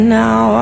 now